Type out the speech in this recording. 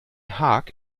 haag